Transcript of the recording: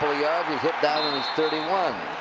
ah yards. he's hit down at his thirty one.